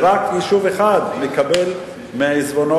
ורק יישוב אחד מקבל מהעיזבונות.